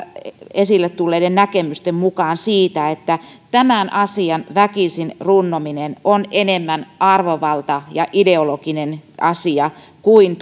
esille tulleiden näkemysten kanssa siitä että tämän asian väkisin runnominen on enemmän arvovalta ja ideologinen asia kuin